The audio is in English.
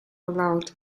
allowed